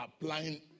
applying